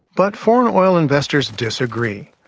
but foreign oil investors disagree.